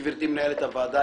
גברתי מנהלת הוועדה,